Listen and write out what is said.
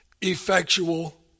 effectual